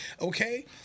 okay